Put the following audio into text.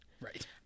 right